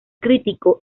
crítico